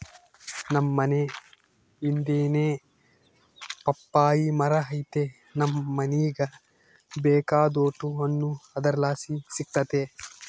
ನಮ್ ಮನೇ ಹಿಂದೆನೇ ಪಪ್ಪಾಯಿ ಮರ ಐತೆ ನಮ್ ಮನೀಗ ಬೇಕಾದೋಟು ಹಣ್ಣು ಅದರ್ಲಾಸಿ ಸಿಕ್ತತೆ